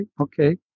okay